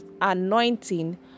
anointing